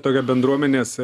tokia bendruomenės